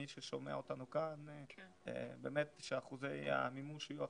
מי ששומע אותנו כאן באמת שאחוזי המימוש יהיה אחרים,